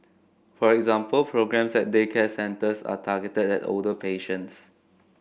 for example programmes at daycare centres are targeted at older patients